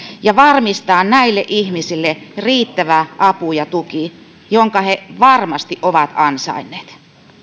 ja varmistaa näille ihmisille riittävä apu ja tuki jonka he varmasti ovat ansainneet